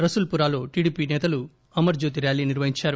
రసూల్ పురాలో టీడీపీ నేతలు అమర్ జ్యోతి ర్యాలీ నిర్వహించారు